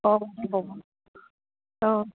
অঁ অঁ